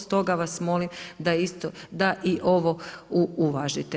Stoga vas molim da i ovo uvažite.